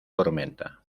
tormenta